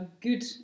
good